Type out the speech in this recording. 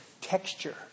texture